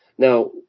Now